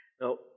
Now